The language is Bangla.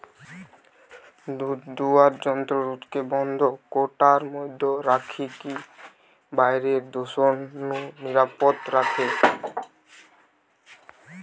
দুধদুয়ার যন্ত্র দুধকে বন্ধ কৌটার মধ্যে রখিকি বাইরের দূষণ নু নিরাপদ রখে